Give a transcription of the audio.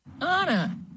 anna